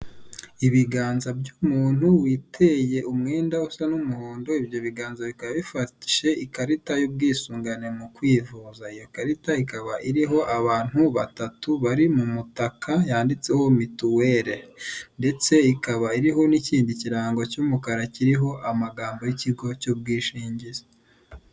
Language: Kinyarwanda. Ibiganza by'umuntu witeye umwenda usa n'umuhondo, ibyo biganza bikaba bifashe ikarita y'ubwisungane mu kwivuza, iyo karita ikaba iriho abantu batatu bari mu mutaka yanditseho mituwele ndetse ikaba iriho n'ikindi kirango cy'umukara kiriho amagambo y'ikigo cy'ubwishingizi.